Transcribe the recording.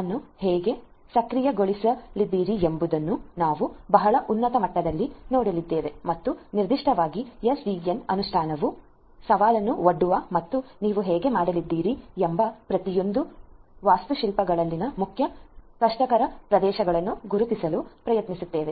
ಅನ್ನು ಹೇಗೆ ಸಕ್ರಿಯಗೊಳಿಸಲಿದ್ದೀರಿ ಎಂಬುದು ನಾವು ಬಹಳ ಉನ್ನತ ಮಟ್ಟದಲ್ಲಿ ನೋಡಲಿದ್ದೇವೆ ಮತ್ತು ನಿರ್ದಿಷ್ಟವಾಗಿ ಎಸ್ಡಿಎನ್SDN ಅನುಷ್ಠಾನವು ಸವಾಲನ್ನು ಒಡ್ಡುವ ಮತ್ತು ನೀವು ಹೇಗೆ ಮಾಡಲಿದ್ದೀರಿ ಎಂಬ ಪ್ರತಿಯೊಂದು ವಾಸ್ತುಶಿಲ್ಪಗಳಲ್ಲಿನ ಮುಖ್ಯ ಕಷ್ಟಕರ ಪ್ರದೇಶಗಳನ್ನು ಗುರುತಿಸಲು ಪ್ರಯತ್ನಿಸುತ್ತೇವೆ